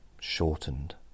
shortened